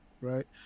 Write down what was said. right